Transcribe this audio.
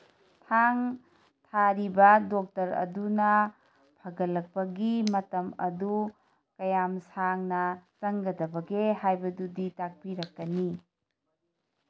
ꯊꯥꯡ ꯊꯥꯔꯤꯕ ꯗꯣꯛꯇꯔ ꯑꯗꯨꯅ ꯐꯒꯠꯂꯛꯄꯒꯤ ꯃꯇꯝ ꯑꯗꯨ ꯀꯌꯥꯝ ꯁꯥꯡꯅ ꯆꯪꯒꯗꯕꯒꯦ ꯍꯥꯏꯕꯗꯨꯗꯤ ꯇꯥꯛꯄꯤꯔꯛꯀꯅꯤ